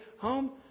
home